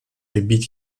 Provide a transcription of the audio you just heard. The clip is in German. gebiet